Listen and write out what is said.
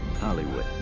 Hollywood